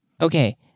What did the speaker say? Okay